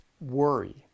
worry